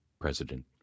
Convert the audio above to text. President